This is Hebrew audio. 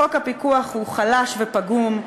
חוק הפיקוח הוא חלש ופגום,